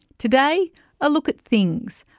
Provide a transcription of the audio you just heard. today a look at things,